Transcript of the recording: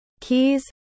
keys